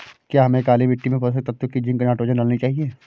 क्या हमें काली मिट्टी में पोषक तत्व की जिंक नाइट्रोजन डालनी चाहिए?